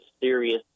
serious